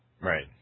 Right